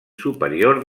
superior